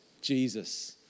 Jesus